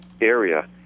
area